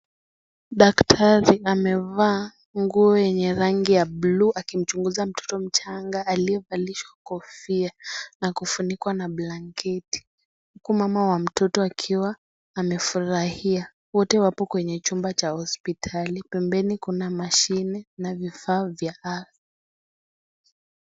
Daktari amevaa nguo yenye rangi ya buluu akimchunguza mtoto mchanga aliyevalishwa kofia, na kufunikwa na blanketi. Huku mama wa mtoto akiwa amefurahia. Wote wapo kwenye chumba cha hospitali. Pembeni kuna mashine na vifaa vya kazi.